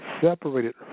separated